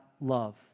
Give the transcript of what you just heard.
love